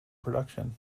production